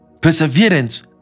Perseverance